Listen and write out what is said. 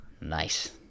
Nice